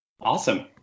Awesome